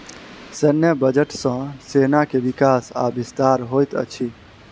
सैन्य बजट सॅ सेना के विकास आ विस्तार होइत अछि